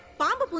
banu!